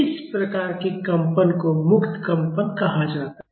इस प्रकार के कंपन को मुक्त कंपन कहा जाता है